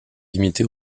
limitée